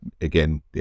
Again